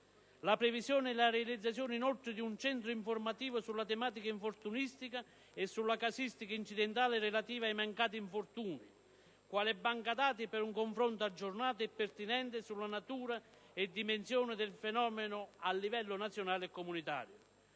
la previsione e la realizzazione di un centro informativo sulla tematica infortunistica e sulla casistica incidentale relativa ai mancati infortuni, quale banca dati per un confronto aggiornato e pertinente sulla natura e dimensione del fenomeno a livello nazionale e comunitario;